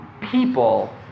people